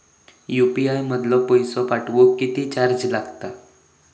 UPI मधलो पैसो पाठवुक किती चार्ज लागात?